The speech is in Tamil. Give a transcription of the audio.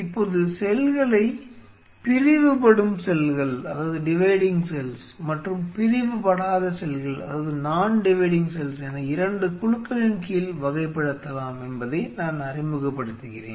இப்போது செல்களை பிரிவுபடும் செல்கள் மற்றும் பிரிவுபடாத செல்கள் என 2 குழுக்களின் கீழ் வகைப்படுத்தலாம் என்பதை நான் அறிமுகப்படுத்துகிறேன்